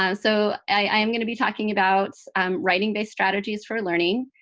um so i am going to be talking about writing-based strategies for learning.